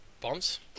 Bonds